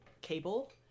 cable